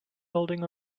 holding